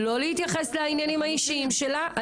לא להתייחס לעניינים האישיים שלה.